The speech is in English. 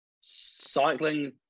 cycling